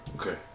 Okay